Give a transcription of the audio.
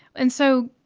and so,